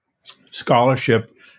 scholarship